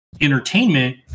entertainment